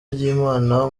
ry’imana